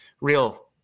real